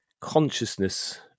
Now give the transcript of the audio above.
consciousness